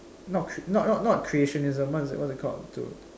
not cr~ not not creationism what is it what is it called to